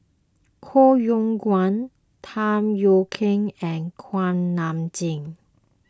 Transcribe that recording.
Koh Yong Guan Tham Yui Kai and Kuak Nam Jin